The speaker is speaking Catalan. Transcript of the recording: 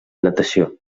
natació